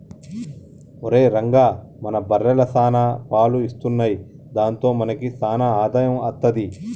ఒరేయ్ రంగా మన బర్రెలు సాన పాలు ఇత్తున్నయ్ దాంతో మనకి సాన ఆదాయం అత్తది